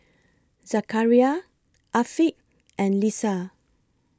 Zakaria Afiq and Lisa